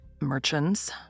Merchants